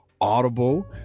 audible